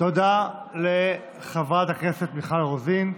תודה לחברת הכנסת מיכל רוזין.